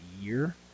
year